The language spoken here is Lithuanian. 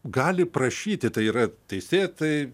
gali prašyti tai yra teisėtai